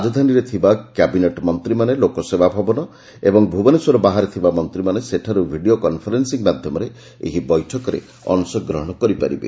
ରାଜଧାନୀରେ ଥିବା କ୍ୟାବିନେଟ୍ ମନ୍ତୀମାନେ ଲୋକସେବା ଭବନ ଏବଂ ଭୁବନେଶ୍ୱର ବାହାରେ ଥିବା ମନ୍ତୀମାନେ ସେଠାରୁ ଭିଡ଼ିଓ କନ୍ଫରେନ୍ପିଂ ମାଧ୍ୟମରେ ଏହି ବୈଠକରେ ଅଂଶ ଗ୍ରହଣ କରିବେ